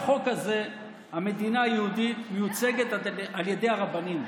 המדינה היהודית מיוצגת על ידי הרבנים,